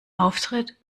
auftritt